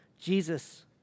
Jesus